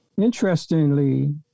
Interestingly